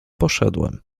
poszedłem